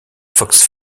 fox